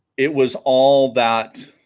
it was all that